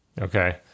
Okay